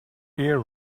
air